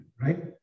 right